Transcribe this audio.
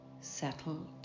Settled